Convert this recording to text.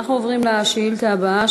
אנחנו עוברים לשאילתה הבאה,